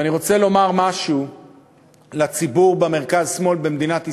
ואני רוצה לומר משהו לציבור במרכז-שמאל במדינת ישראל,